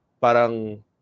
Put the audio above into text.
parang